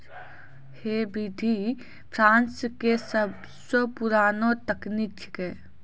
है विधि फ्रांस के सबसो पुरानो तकनीक छेकै